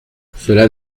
cela